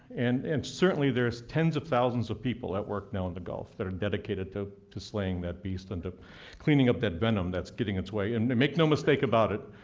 and and certainly there's tens of thousands of people at work now in the gulf that are dedicated to to slaying that beast and to cleaning up that venom that's getting its way. and and make no mistake about it,